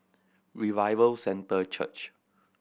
Revival Centre Church